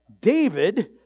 David